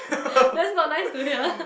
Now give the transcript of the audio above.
that's not nice to hear